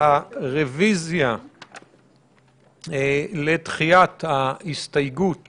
הרביזיה לדחיית ההסתייגות